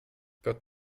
gott